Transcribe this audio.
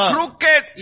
Crooked